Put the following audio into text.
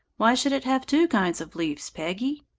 why should it have two kinds of leaves, peggy?